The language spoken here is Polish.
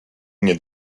nie